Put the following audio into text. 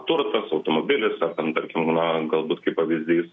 turtas automobilis ar ten tarkim na galbūt kaip pavyzdys